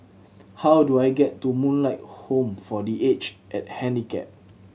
how do I get to Moonlight Home for The Age And Handicap